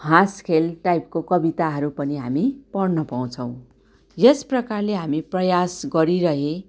हाँस खेल टाइपको कबिताहरू पनि हामी पढ्न पाउँछौँ यस प्रकारले हामी प्रयास गरिरहे